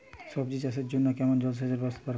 সবজি চাষের জন্য কেমন জলসেচের ব্যাবস্থা দরকার?